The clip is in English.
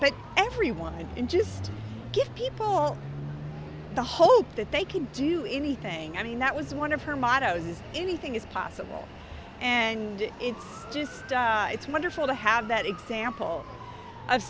but everyone and just give people the hope that they can do anything i mean that was one of her motto is anything is possible and it's just it's wonderful to have that example of